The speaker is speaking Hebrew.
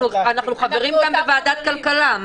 אנחנו חברים גם בוועדת כלכלה.